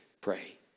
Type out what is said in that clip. Pray